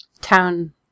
Town